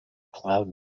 cloud